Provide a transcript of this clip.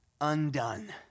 undone